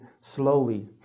slowly